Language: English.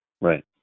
Right